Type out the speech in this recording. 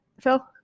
Phil